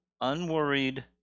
unworried